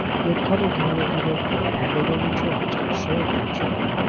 he had come again into their fold, and they were rejoiced and showed their joy.